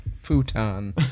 Futon